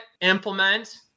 implement